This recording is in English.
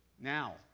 Now